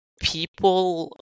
people